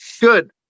Good